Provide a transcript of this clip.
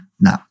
No